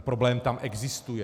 Problém tam existuje.